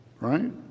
Right